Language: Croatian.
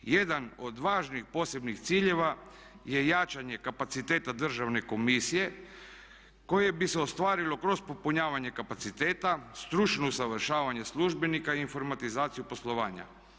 Jedan od važnih posebnih ciljeva je jačanje kapaciteta Državne komisije koje bi se ostvarilo kroz popunjavanje kapaciteta, stručno usavršavanje službenika i informatizaciju poslovanja.